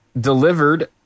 delivered